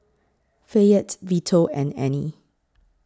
Fayette Vito and Annie